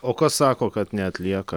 o kas sako kad neatlieka